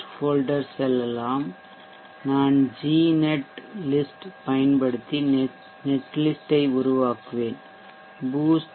folder செல்லலாம் நான் Gnet list பயன்படுத்தி net list உருவாக்குவேன் boost